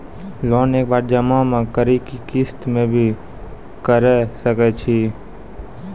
Loan एक बार जमा म करि कि किस्त मे भी करऽ सके छि?